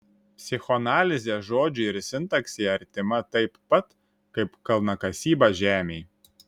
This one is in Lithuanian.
psichoanalizė žodžiui ir sintaksei artima taip pat kaip kalnakasyba žemei